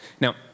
Now